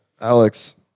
Alex